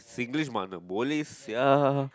Singlish mother boleh sia